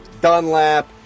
Dunlap